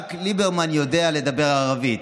"רק ליברמן יודע לדבר ערבית".